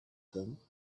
them